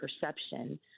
perception